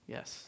Yes